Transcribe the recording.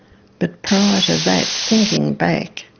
but prior to that thinking back